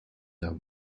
der